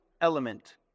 element